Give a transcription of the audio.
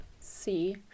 see